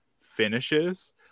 finishes